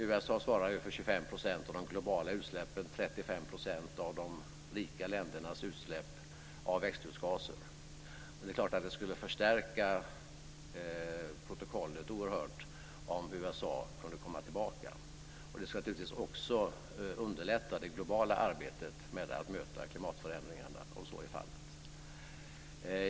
USA svarar ju för 25 % av de globala utsläppen och 35 % av de rika ländernas utsläpp av växthusgaser, och det är klart att det skulle förstärka protokollet oerhört om USA kunde komma tillbaka. Det skulle naturligtvis också underlätta det globala arbetet med att möta klimatförändringarna om så är fallet.